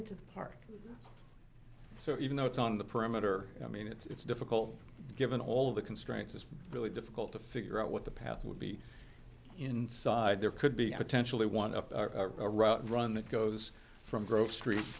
into the park so even though it's on the perimeter i mean it's difficult given all the constraints it's really difficult to figure out what the path would be inside there could be potentially one of a route run that goes from gro